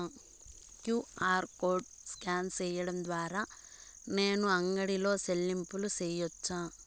QR code scan సేయడం ద్వారా నేను అంగడి లో చెల్లింపులు సేయొచ్చా?